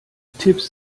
tipps